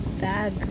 bag